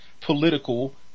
political